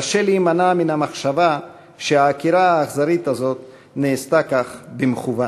וקשה להימנע מן המחשבה שהעקירה האכזרית הזאת נעשתה כך במכוון.